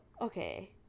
okay